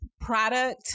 product